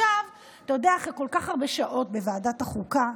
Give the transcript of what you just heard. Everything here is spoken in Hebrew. אתה יודע, אחרי כל כך הרבה שעות בוועדת החוקה,